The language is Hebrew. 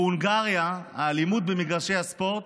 בהונגריה האלימות במגרשי הספורט,